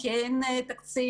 כי אין תקציב,